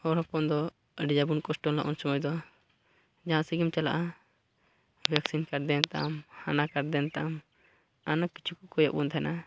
ᱦᱚᱲ ᱦᱚᱯᱚᱱ ᱫᱚ ᱟᱹᱰᱤ ᱡᱟᱵᱚᱱ ᱠᱚᱥᱴᱚ ᱞᱮᱱᱟ ᱩᱱ ᱥᱚᱢᱚᱭ ᱫᱚ ᱡᱟᱦᱟᱸ ᱥᱮᱫ ᱜᱮᱢ ᱪᱟᱞᱟᱜᱼᱟ ᱵᱷᱮᱠᱥᱤᱱ ᱠᱟᱨᱰ ᱫᱮᱱᱛᱟᱢ ᱦᱟᱱᱟ ᱠᱟᱨᱰ ᱫᱮᱱ ᱛᱟᱢ ᱟᱭᱢᱟ ᱠᱤᱪᱷᱩ ᱠᱚ ᱠᱷᱚᱭᱮᱫ ᱵᱚᱱ ᱛᱟᱦᱮᱱᱟ